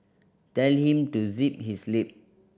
tell him to zip his lip